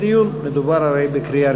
להכנה לקריאה